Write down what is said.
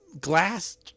glass